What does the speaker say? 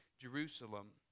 Jerusalem